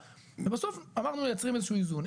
ובסוף אמרנו שמייצרים איזה שהוא איזון.